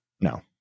No